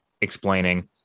explaining